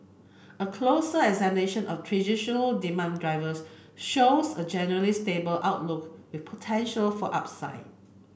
a closer examination of traditional demand drivers shows a generally stable outlook with potential for upside